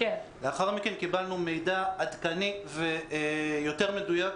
לאחר מכן קיבלנו מידע עדכני ויותר מדויק.